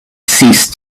ceased